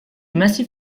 massif